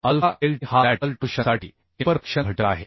alpha lt हा lateral टोर्शनसाठी imperfection घटक आहे